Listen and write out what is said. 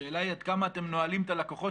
השאלה היא עד כמה אתם נועלים את הלקוחות